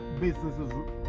businesses